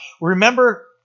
Remember